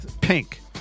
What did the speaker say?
Pink